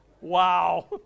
Wow